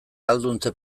ahalduntze